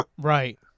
Right